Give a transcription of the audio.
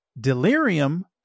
delirium